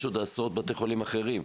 יש עוד עשרות בתי חולים אחרים.